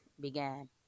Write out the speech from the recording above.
began